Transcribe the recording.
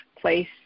place